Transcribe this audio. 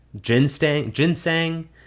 ginseng